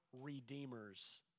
redeemers